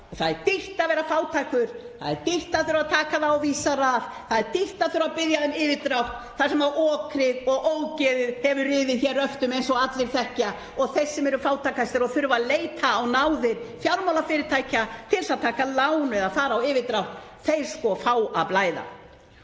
Það er dýrt að vera fátækur. Það er dýrt að þurfa að taka það á Visa rað. Það er dýrt að þurfa að biðja um yfirdrátt þar sem okrið og ógeðið hefur riðið hér röftum eins og allir þekkja og þeir sem eru fátækastir og þurfa að leita á náðir fjármálafyrirtækja til þess að taka lán eða fara á yfirdrátt fá sko að blæða.